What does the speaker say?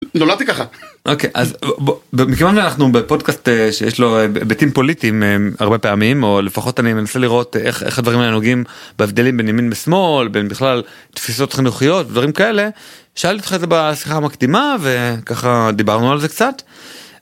אוקיי אז אנחנו בפודקאסט שיש לו הבטים פוליטיים הרבה פעמים, או לפחות אני מנסה לראות איך הדברים הנהוגים בהבדלים בין ימין ושמאל בין בכלל תפיסות חינוכיות דברים כאלה. שאלתי אותך את זה בשיחה מקדימה וככה דיברנו על זה קצת.